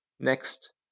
Next